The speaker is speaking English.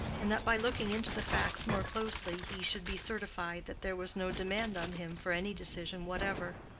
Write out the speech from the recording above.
and that by looking into the facts more closely he should be certified that there was no demand on him for any decision whatever.